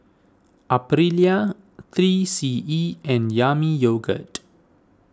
Aprilia three C E and Yami Yogurt